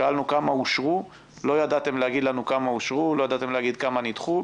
שאלנו כמה אושרו אך לא ידעתם להגיד לנו כמה אושרו וכמה נדחו.